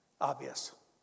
obvious